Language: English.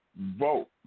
vote